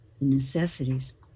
necessities